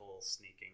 sneaking